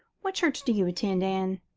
what church do you attend, anne?